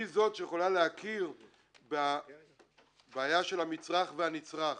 היא זו שיכולה להכיר בבעיה של המצרך והנצרך,